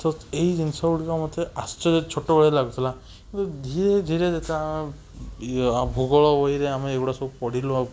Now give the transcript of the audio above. ତ ଏହି ଜିନିଷଗୁଡ଼ିକ ମୋତେ ଆଶ୍ଚର୍ଯ୍ୟ ଛୋଟବେଳେ ଲାଗୁଥୁଲା କିନ୍ତୁ ଧିରେ ଧିରେ ଇଏ ଭୂଗୋଳ ବହିରେ ଆମେ ଏଇଗୁଡ଼ାକ ସବୁ ପଢ଼ିଲୁ ଆଉ